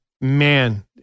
man